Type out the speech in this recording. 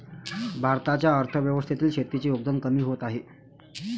भारताच्या अर्थव्यवस्थेतील शेतीचे योगदान कमी होत आहे